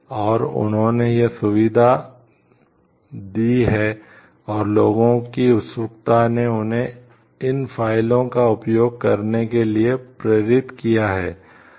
और उन्होंने यह सुविधा दी है और लोगों की उत्सुकता ने उन्हें इन फ़ाइलों का उपयोग करते हैं